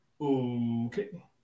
Okay